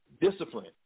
discipline